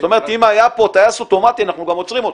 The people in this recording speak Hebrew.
זאת אומרת שאם היה פה טייס אוטומטי אנחנו גם עוצרים אותו.